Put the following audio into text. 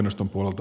ei ole